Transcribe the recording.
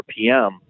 RPM